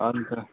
अन्त